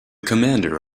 commander